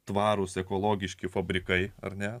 tvarūs ekologiški fabrikai ar ne